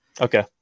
Okay